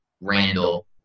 Randall